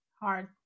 hard